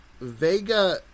Vega